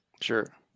Sure